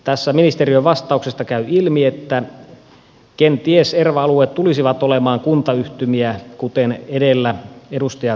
tässä ministeriön vastauksesta käy ilmi että kenties erva alueet tulisivat olemaan kuntayhtymiä kuten edellä edustaja tölli totesi